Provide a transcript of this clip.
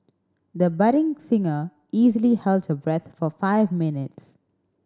the budding singer easily held her breath for five minutes